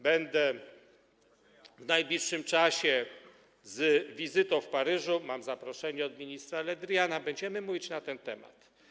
Będę w najbliższym czasie z wizytą w Paryżu, mam zaproszenie od ministra Le Driana, będziemy mówić na ten temat.